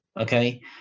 Okay